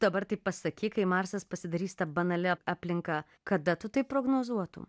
dabar taip pasakyk kai marsas pasidarys ta banalia aplinka kada tu taip prognozuotum